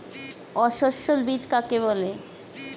অসস্যল বীজ কাকে বলে?